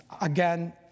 again